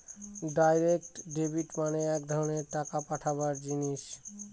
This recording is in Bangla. ডাইরেক্ট ডেবিট মানে এক ধরনের টাকা পাঠাবার জিনিস